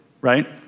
right